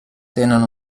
tenen